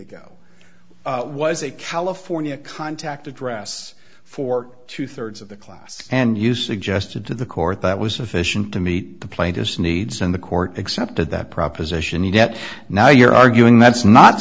ago it was a california contact address for two thirds of the class and you suggested to the court that was sufficient to meet the plane just needs and the court accepted that proposition and yet now you're arguing that's not